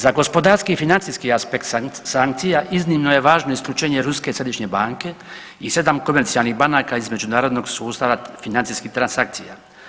Za gospodarski i financijski aspekt sankcija iznimno je važno isključenje Ruske središnje banke i 7 komercijalnih banaka između narodnog sustava financijskih transakcija.